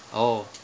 oh